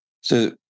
So-